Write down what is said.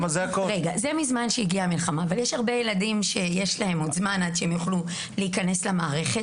יש הרבה ילדים שיש להם עוד זמן עד שהם יוכלו להיכנס למערכת.